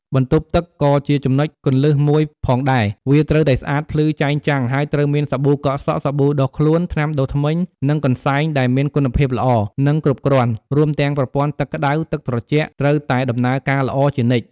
បន្ទប់ទឹកក៏ជាចំណុចគន្លឹះមួយផងដែរ វាត្រូវតែស្អាតភ្លឺចែងចាំងហើយត្រូវមាន សាប៊ូកក់សក់ សាប៊ូដុសខ្លួន ថ្នាំដុសធ្មេញ និងកន្សែង ដែលមានគុណភាពល្អ និងគ្រប់គ្រាន់ រួមទាំងប្រព័ន្ធទឹកក្តៅ ទឹកត្រជាក់ត្រូវតែដំណើរការល្អជានិច្ច។